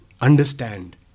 understand